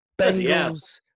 Bengals